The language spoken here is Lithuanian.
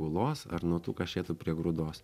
ūlos ar nuo tų kašėtų prie grūdos